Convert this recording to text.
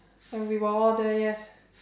and we were all there yes